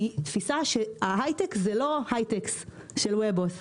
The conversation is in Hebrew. היא תפיסה שההיי-טק הוא לא היי-טקס של "וובוס".